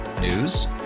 News